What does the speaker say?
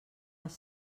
les